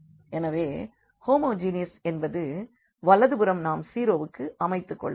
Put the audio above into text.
எனவே ஹோமோஜீனியஸ் என்பது வலதுபுறம் நாம் 0 என்று அமைத்துக்கொள்ள வேண்டும்